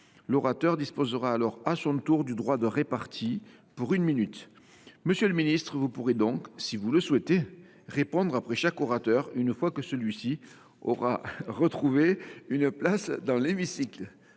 l’orateur disposera alors à son tour du droit de répartie, pour une minute. Monsieur le ministre délégué, vous pourrez donc, si vous le souhaitez, répondre après chaque orateur, une fois que celui ci aura retrouvé une place dans l’hémicycle.